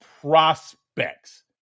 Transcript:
prospects